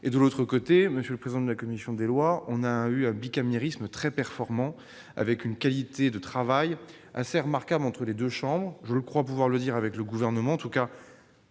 et, d'autre part, monsieur le président de la commission des lois, nous avons eu un bicamérisme très performant, avec une qualité de travail assez remarquable entre les deux chambres. Je crois pouvoir le dire au nom du Gouvernement. Sachez